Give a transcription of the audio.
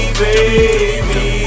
baby